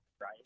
right